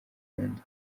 nyundo